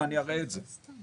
ואני אראה את זה.